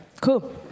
cool